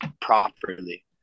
Properly